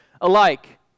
alike